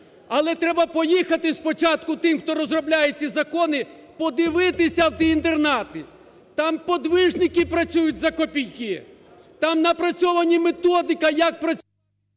Але треба поїхати спочатку тим, хто розробляє ці закони, подивитися ті інтернати. Там подвижники працюють за копійки, там напрацьована методика як…